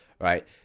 right